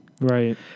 Right